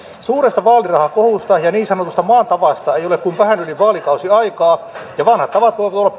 suuresta vaalirahakohusta ja niin sanotusta maan tavasta ei ole kuin vähän yli vaalikausi aikaa ja vanhat tavat voivat